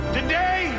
Today